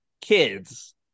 kids